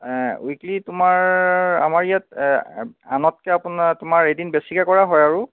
weekly তোমাৰ আমাৰ ইয়াত আনতকৈ আপোনাৰ তোমাৰ এদিন বেছিকৈ কৰা হয় আৰু